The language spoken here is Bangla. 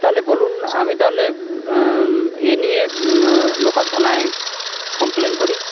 তাহলে বলুন আমি তাহলে এ নিয়ে লোকাল থানায় কমপ্লেন করি